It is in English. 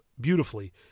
beautifully